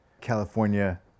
California